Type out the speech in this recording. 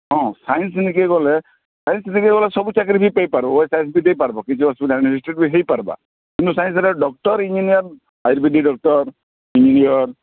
ହଁ ସାଇନ୍ସ ନେଇକି ଗଲେ ସାଇନ୍ସ ନେଇକି ଗଲେ ସବୁ ଚାକିରୀ ପାଇପାରିବ O A S I A S ଦେଇପାରିବ କିଛି ଅସୁବିଧା ନାଇଁ ରେଜିଷ୍ଟ୍ରି ବି ହେଇପାର୍ବା କିନ୍ତୁ ସାଇନ୍ସ ନେଲେ doctor engineer ayurvedic doctor engineer